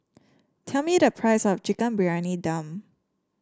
tell me the price of Chicken Briyani Dum